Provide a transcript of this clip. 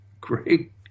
great